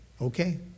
Okay